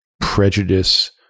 prejudice